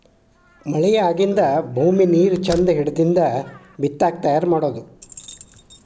ಮಳಿ ಆಗಿಂದ ಭೂಮಿ ನೇರ ಚಂದ ಹಿಡದಿಂದ ಬಿತ್ತಾಕ ತಯಾರ ಮಾಡುದು